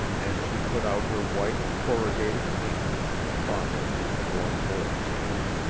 and she put out her white, corrugated hand, and fondled my warm boy's hand.